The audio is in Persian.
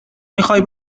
میخوای